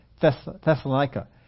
Thessalonica